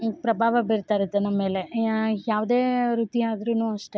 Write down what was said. ಪ್ರಭಾವ ಬೀರುತ್ತಾ ಇರುತ್ತೆ ನಮ್ಮೇಲೆ ಯಾವುದೇ ವೃತ್ತಿ ಆದ್ರೂ ಅಷ್ಟೇ